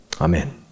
Amen